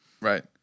right